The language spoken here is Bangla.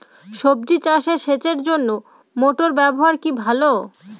সবজি চাষে সেচের জন্য মোটর ব্যবহার কি ভালো?